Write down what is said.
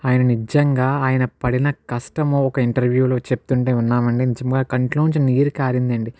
ఆయన నిజంగా ఆయన పడిన కష్టము ఒక ఇంటర్వ్యూలో చెప్తుంటే విన్నామండి నిజముగా కంట్లో నుంచి నీరు కారిందండి